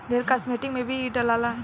ढेरे कास्मेटिक में भी इ डलाला